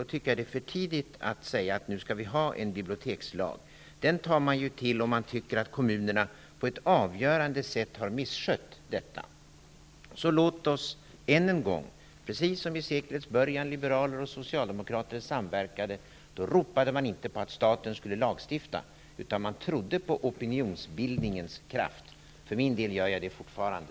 Då tycker jag att det är för tidigt att säga att nu skall vi ha en bibliotekslag. Den tar man ju till om man tycker att kommunerna på ett avgörande sätt har misskött verksamheten. Så låt oss än en gång göra precis som i seklets början när Liberaler och Socialdemokrater samverkade! Då ropade man inte på att staten skulle lagstifta, utan man trodde på opinionsbildningens kraft. För min del gör jag det fortfarande.